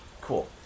Cool